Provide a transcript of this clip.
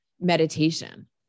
meditation